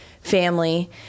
family